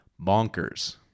bonkers